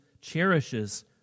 cherishes